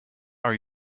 are